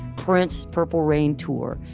prince's purple rain tour.